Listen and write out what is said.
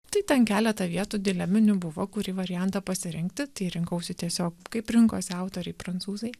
tai ten keleta vietų dileminių buvo kurį variantą pasirinkti tai rinkausi tiesiog kaip rinkosi autoriai prancūzai